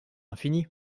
infini